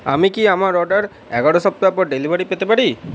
আমি কি আমার অর্ডার এগারো সপ্তাহ পর ডেলিভারি পেতে পারি